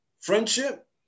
friendship